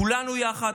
כולנו יחד,